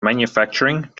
manufacturing